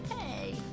Hey